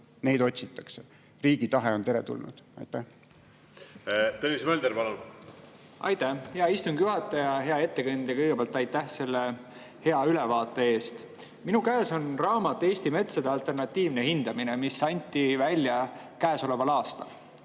Neid otsitakse. Riigi tahe on teretulnud. Tõnis Mölder, palun! Tõnis Mölder, palun! Aitäh, hea istungi juhataja! Hea ettekandja, kõigepealt aitäh selle hea ülevaate eest! Minu käes on raamat "Eesti metsade alternatiivne hindamine", mis on antud välja käesoleval aastal.